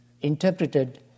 interpreted